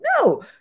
No